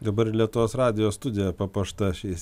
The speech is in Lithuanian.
dabar lietuvos radijo studija papuošta šiais